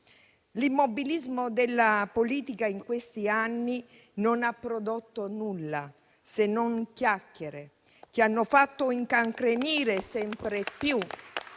L'immobilismo della politica in questi anni non ha prodotto nulla se non chiacchiere, che hanno fatto incancrenire sempre più